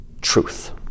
truth